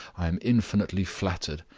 i am infinitely flattered.